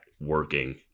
working